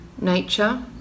nature